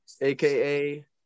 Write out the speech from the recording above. aka